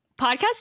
podcast